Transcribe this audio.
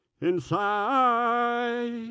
inside